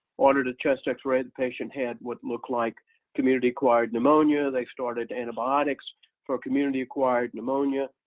ordered a chest x-ray. the patient had what looked like community-acquired pneumonia. they started antibiotics for community-acquired pneumonia.